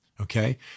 Okay